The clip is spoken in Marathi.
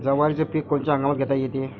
जवारीचं पीक कोनच्या हंगामात घेता येते?